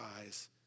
eyes